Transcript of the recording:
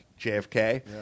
JFK